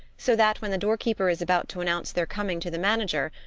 so that when the door-keeper is about to announce their coming to the man ager,